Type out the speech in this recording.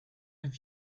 have